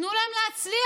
תנו להם להצליח.